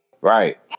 Right